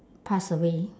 passed away